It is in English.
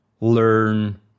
learn